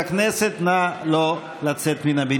יותר מזה כבר לא נוכל לשאת.